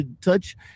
Touch